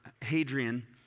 Hadrian